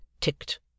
ticked